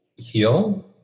heal